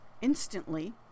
instantly